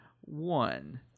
one